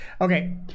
Okay